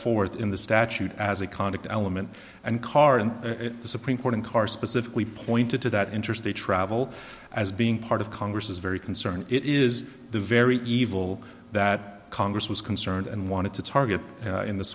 forth in the statute as a contact element and current supreme court and car specifically pointed to that interstate travel as being part of congress is very concerned it is the very evil that congress was concerned and wanted to target in the